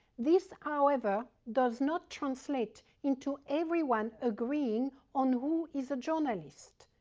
this, however, does not translate into everyone agreeing on who is a journalist,